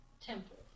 temple